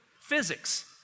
Physics